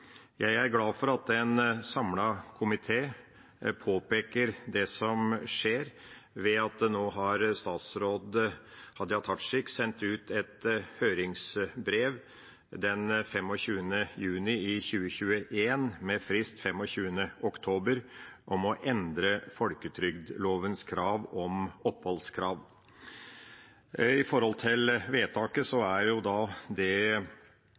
Jeg er glad for at en samlet komité påpeker det som skjer, at statsråd Hadia Tajik sendte ut et høringsbrev den 25. juni i 2021, med frist den 25. oktober, om å endre folketrygdlovens krav om oppholdskrav. Når det gjelder vedtaket, så er det